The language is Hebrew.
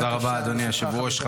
תודה רבה, אדוני היושב-ראש.